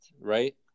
right